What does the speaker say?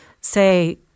say